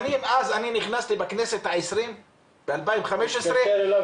אני נכנסתי בכנסת ה-20 ב-2015 -- אני מתקשר אליו